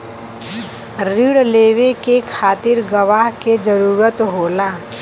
रिण लेवे के खातिर गवाह के जरूरत होला